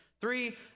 three